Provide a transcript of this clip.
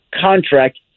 contract